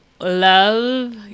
love